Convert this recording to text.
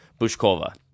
Bushkova